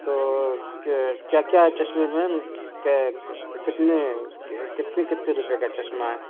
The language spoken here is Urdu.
تو کیا کیا چشمے کتنے کتے کتے روپئے کا چشمہ ہے